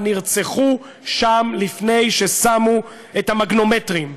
נרצחו שם לפני ששמו את המגנומטרים.